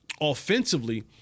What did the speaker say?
offensively